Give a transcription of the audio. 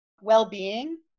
Well-being